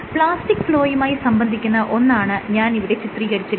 plastic ഫ്ലോയുമായി സംബന്ധിക്കുന്ന ഒന്നാണ് ഞാൻ ഇവിടെ ചിത്രീകരിച്ചിരിക്കുന്നത്